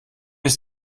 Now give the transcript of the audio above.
ist